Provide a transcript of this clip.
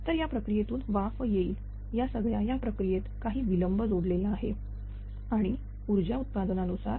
तर या प्रक्रियेतून वाफ येईल या सगळ्या या प्रक्रियेत काही विलंब जोडलेला आहे आणि ऊर्जा उत्पादनानुसार